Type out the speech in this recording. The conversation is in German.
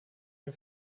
den